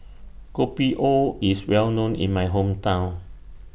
Kopi O IS Well known in My Hometown